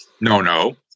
no-no